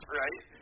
right